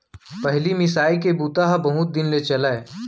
पहिली मिसाई के बूता ह बहुत दिन ले चलय